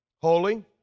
holy